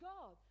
God